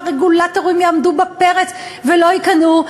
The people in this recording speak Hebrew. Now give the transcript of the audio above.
והרגולטורים יעמדו בפרץ ולא ייכנעו,